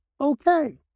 Okay